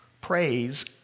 praise